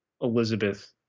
elizabeth